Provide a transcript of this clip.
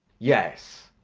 yes.